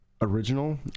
original